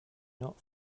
not